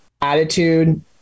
attitude